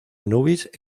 anubis